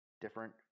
different